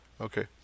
Okay